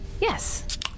yes